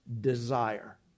desire